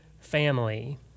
family